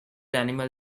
animal